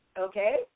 okay